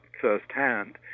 firsthand